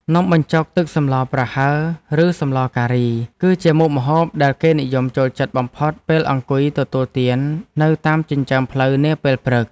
នំបញ្ចុកទឹកសម្លប្រហើរឬសម្លការី គឺជាមុខម្ហូបដែលគេនិយមចូលចិត្តបំផុតពេលអង្គុយទទួលទាននៅតាមចិញ្ចើមផ្លូវនាពេលព្រឹក។